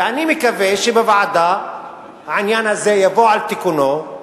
ואני מקווה שבוועדה העניין הזה יבוא על תיקונו,